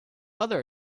other